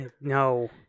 No